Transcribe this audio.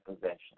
possession